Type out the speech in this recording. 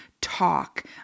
talk